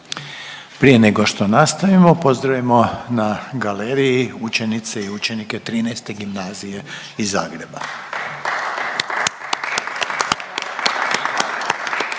Prije nego što nastavimo pozdravimo na galeriji učenice i učenike 13. gimnazije iz Zagreba.